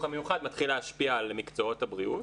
המיוחד מתחיל להשפיע על מקצועות הבריאות.